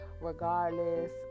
Regardless